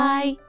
Bye